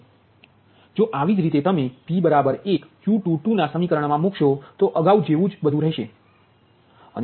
તેથી જો આવી જ રીતે તમે p1 Q22 ના સમીકરણમા મૂક્શો તો તે અગાઉ જેવુ જ હશે